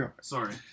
sorry